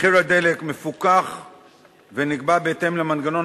מחיר הדלק מפוקח ונקבע בהתאם למנגנון